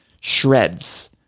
Shreds